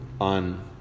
on